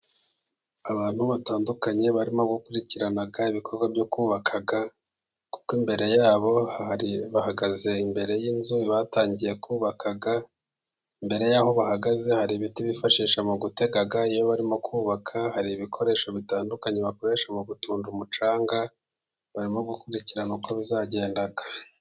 Abantu batandukanye barimo gukurikirana ibikorwa byo kubaka, kuko imbere y'aho bahagaze imbere y'inzu batangiye kubaka imbere y'aho bahagaze hari ibiti bifashisha mu gutega, iyo barimo kubaka hari ibikoresho bitandukanye bakoresha mu gutunda umucanga barimo gukurikirana uko zagenda.